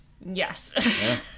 Yes